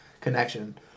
connection